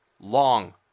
long